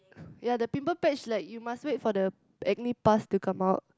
ya the pimple patch like you must wait for the acne pus to come out